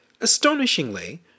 Astonishingly